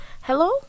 Hello